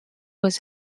was